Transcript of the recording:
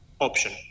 option